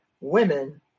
Women